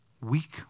weak